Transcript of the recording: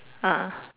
ah